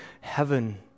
heaven